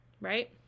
right